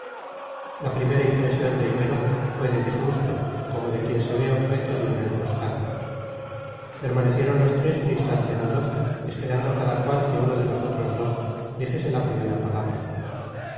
la primera impresión de ibero fue de disgusto como de quien se ve objeto de una emboscada permanecieron los tres un instante mudos esperando cada cual que uno de los otros dos dijese la primera palabra